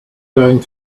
going